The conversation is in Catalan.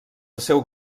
seu